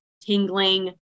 tingling